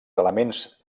elements